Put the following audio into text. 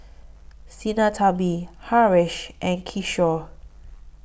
Sinnathamby Haresh and Kishore